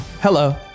hello